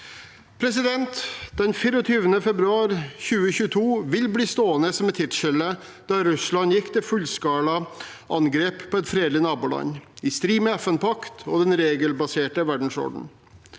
av Europa. Den 24. februar 2022 vil bli stående som et tidsskille da Russland gikk til fullskala angrep på et fredelig naboland, i strid med FN-pakten og den regelbaserte verdensordenen.